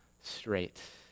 straight